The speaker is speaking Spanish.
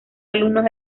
alumnos